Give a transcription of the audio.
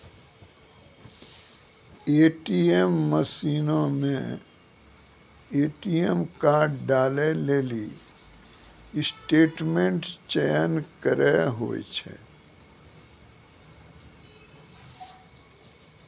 ATM मशीनो मे ATM card डालै लेली स्टेटमेंट चयन करे होय छै